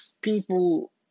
people